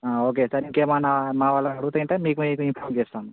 okay sir ఇంకేమైనా మా వాళ్ళని అడిగితే మీకు నేను ఇన్ఫార్మ్ చేస్తాను